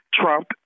Trump